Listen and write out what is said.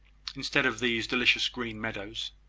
instead of these delicious green meadows.